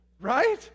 right